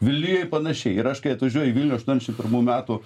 vilniuje ir panašiai ir aš kai atvažiuoju į vilnių aštuoniasdešim pirmų metų